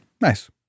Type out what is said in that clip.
Nice